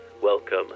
Welcome